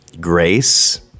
grace